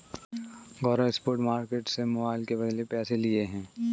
गौरव spot market से mobile के बदले पैसे लिए हैं